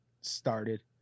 started